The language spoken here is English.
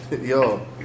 Yo